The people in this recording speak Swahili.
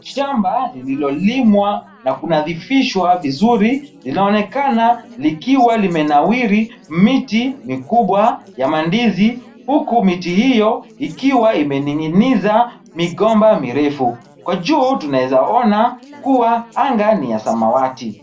Shambala lililolimwa na kunadhifishwa vizuri linaonekana likiwa limenawiri miti mikubwa ya mandizi huku miti hiyo ikiwa imeninginiza migomba mirefu. Kwa juu tunaweza ona kuwa anga ni ya samawati.